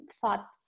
thought